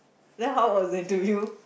then how was the interview